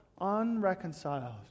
unreconciled